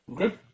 Okay